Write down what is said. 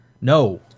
No